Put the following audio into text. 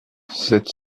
sept